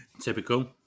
Typical